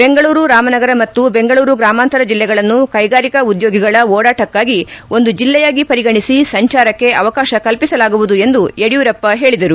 ಬೆಂಗಳೂರು ರಾಮನಗರ ಮತ್ತು ಬೆಂಗಳೂರು ಗ್ರಾಮಾಂತರ ಜಿಲ್ಲೆಗಳನ್ನು ಕೈಗಾರಿಕಾ ಉದ್ಯೋಗಿಗಳ ಓಡಾಟಕ್ಕಾಗಿ ಒಂದು ಜೆಲ್ಲೆಯಾಗಿ ಪರಿಗಣಿಸಿ ಸಂಚಾರಕ್ಕೆ ಅವಕಾಶ ಕಲ್ಪಿಸಲಾಗುವುದು ಎಂದು ಯಡಿಯೂರಪ್ಪ ಹೇಳಿದರು